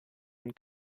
und